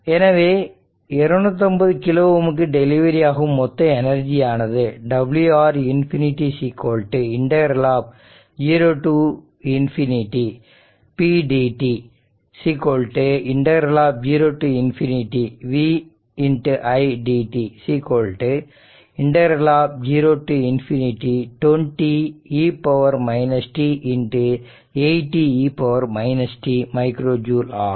எனவே 250 கிலோ ஓம்க்கு டெலிவரி ஆகும் மொத்த எனர்ஜியானது Wr ∞ o to ∞∫ pdt o to ∞∫ vi dt o to ∞∫ 20e t 80e t micro joule ஆகும்